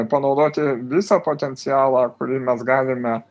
panaudoti visą potencialą kurį mes galime